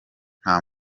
nta